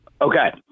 Okay